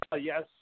yes